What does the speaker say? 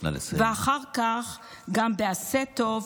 ואחר כך גם ב"עשה טוב",